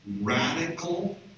radical